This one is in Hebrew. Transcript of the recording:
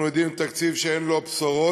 אנחנו יודעים שזה תקציב שאין בו בשורות,